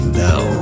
now